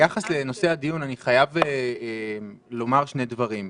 ביחס לנושא הדיון אני חייב לומר שני דברים: